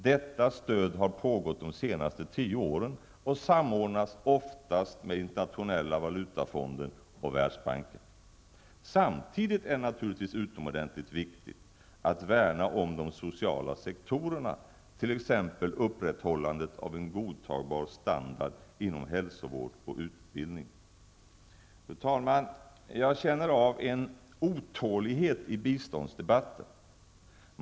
Detta stöd har pågått de senaste tio åren och samordnas oftast med Samtidigt är det naturligtvis utomordentligt viktigt att värna om de sociala sektorernna, t.ex. upprätthållandet av en godtagbar standard inom hälsovård och utbildning. Herr talman! Jag känner av en otålighet i biståndsdebatten.